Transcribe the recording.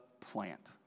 plant